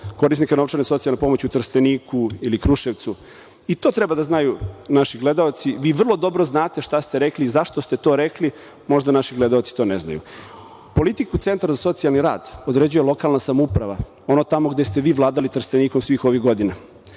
korisnika novčane socijalne pomoći u Trsteniku i Kruševcu i to treba da znaju naši gledaoci, vi vrlo dobro znate šta ste rekli, zašto ste to rekli. Možda naši gledaoci to ne znaju. Politiku centra za socijalni rad određuje lokalna samouprava, ona tamo gde ste vi vladali Trstenikom svih ovih godina.